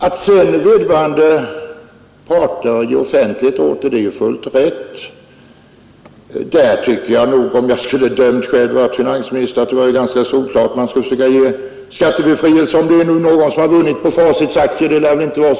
Att sedan vederbörande parter ger offentlighet åt affären är fullt riktigt. I detta speciella fall tycker jag, att beslutet om skattebefrielse var rätt om det nu finns någon som har vunnit på sina Facitaktier — många lär det icke vara.